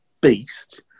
beast